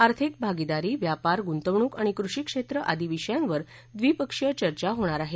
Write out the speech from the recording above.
आर्थिक भागीदारी व्यापार गुखिणूक आणि कृषी क्षेत्र आदी विषयास्त्र द्विपशीय चर्चा होणार आहे